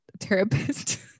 therapist